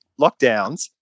lockdowns